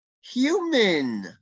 human